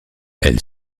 elle